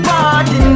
Party